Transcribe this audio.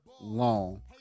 long